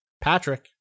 Patrick